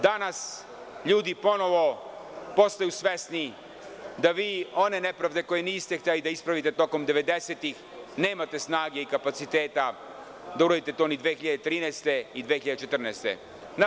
Danas ljudi ponovo postaju svesni da vi one nepravde koje niste hteli da ispravite tokom devedesetih godina, nemate snage i kapaciteta da uradite to ni 2013. i 2014. godine.